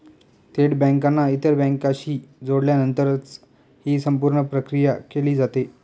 थेट बँकांना इतर बँकांशी जोडल्यानंतरच ही संपूर्ण प्रक्रिया केली जाते